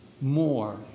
more